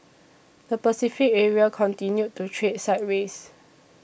the Pacific area continued to trade sideways